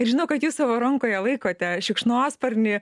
ir žinau kad jūs savo rankoje laikote šikšnosparnį